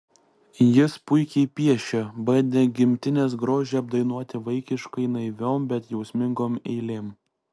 jis puikiai piešė bandė gimtinės grožį apdainuoti vaikiškai naiviom bet jausmingom eilėm